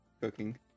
cooking